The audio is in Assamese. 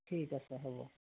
ঠিক আছে হ'ব